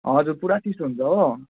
हजुर पुरा चिसो हुन्छ हो